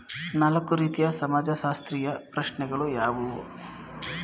ನಾಲ್ಕು ರೀತಿಯ ಸಮಾಜಶಾಸ್ತ್ರೀಯ ಪ್ರಶ್ನೆಗಳು ಯಾವುವು?